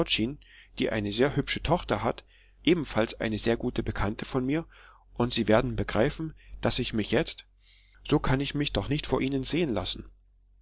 die eine sehr hübsche tochter hat ebenfalls eine sehr gute bekannte von mir und sie werden begreifen daß ich mich jetzt so kann ich mich doch nicht vor ihnen sehen lassen